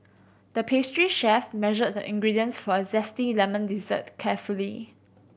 the pastry chef measured the ingredients for a zesty lemon dessert carefully